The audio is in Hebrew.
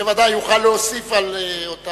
שאולי יוכל להוסיף על אותה